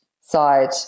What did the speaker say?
side